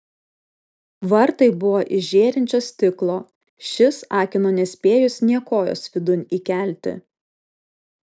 vartai buvo iš žėrinčio stiklo šis akino nespėjus nė kojos vidun įkelti